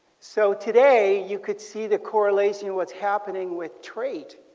so today you could see the correlation what's happening with trade.